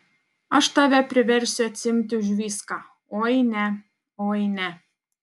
aš tave priversiu atsiimti už viską oi ne oi ne